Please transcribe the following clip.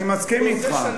אני מסכים אתך.